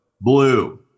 Blue